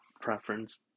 preference